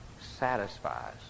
satisfies